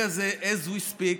as we speak,